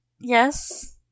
Yes